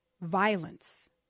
violence